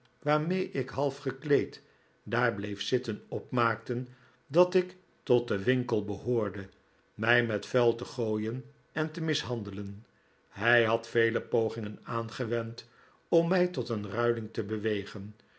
waarmee ik half gekleed daar bleef zitten opmaakten dat ik tot den winkel behoorde mij met vuil te gooien en te mishandelen hij had vele pogingen aangewend om mij tot een railing te bewegen